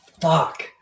fuck